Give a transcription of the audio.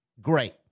Great